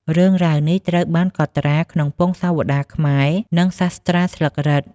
រឿងរ៉ាវនេះត្រូវបានកត់ត្រាក្នុងពង្សាវតារខ្មែរ និងសាស្ត្រាស្លឹករឹត។